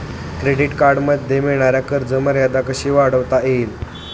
Credit कार्डमध्ये मिळणारी खर्च मर्यादा कशी वाढवता येईल?